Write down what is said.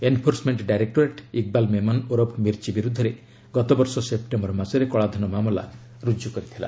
enforcement directorate Iqbal Memon ଓରଫ୍ ମିର୍ଚି ବିରୁଦ୍ଧରେ ଗତବର୍ଷ ସେପ୍ଟେମ୍ବର ମାସରେ କଳାଧନ ମାମଲା ରୁଜୁ କରିଥିଲା